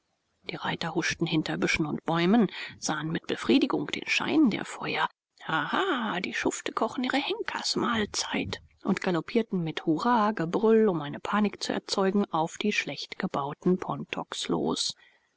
die reiter huschten hinter büschen und bäumen sahen mit befriedigung den schein der feuer haha die schufte kochen ihre henkersmahlzeit und galoppierten mit hurragebrüll um eine panik zu erzeugen auf die schlecht gebauten pontoks los